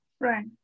Right